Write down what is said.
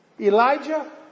Elijah